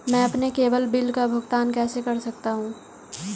मैं अपने केवल बिल का भुगतान कैसे कर सकता हूँ?